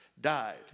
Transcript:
died